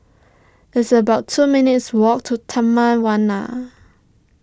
it's about two minutes' walk to Taman Warna